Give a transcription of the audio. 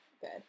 Good